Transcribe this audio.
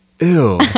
Ew